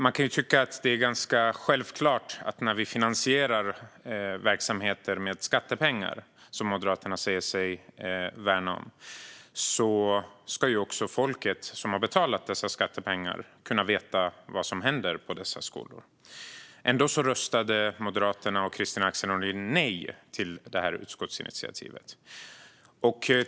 Man kan tycka att det är ganska självklart att när vi finansierar verksamheter med skattepengar, som Moderaterna säger sig värna om, ska folket som har betalat dessa skattepengar kunna veta vad som händer på skolorna. Ändå röstade Moderaterna och Kristina Axén Olin nej till det här utskottsinitiativet.